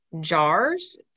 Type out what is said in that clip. jars